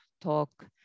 talk